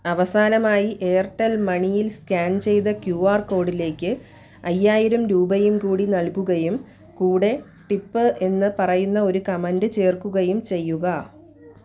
അവസാനമായി എയർടെൽ മണിയിൽ സ്കാൻ ചെയ്ത ക്യു ആർ കോഡിലേക്ക് അയ്യായിരം രൂപയും കൂടി നൽകുകയും കൂടെ ടിപ്പ് എന്ന് പറയുന്ന ഒരു കമൻ്റ് ചേർക്കുകയും ചെയ്യുക